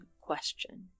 question